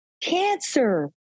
cancer